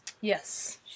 Yes